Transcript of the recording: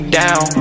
down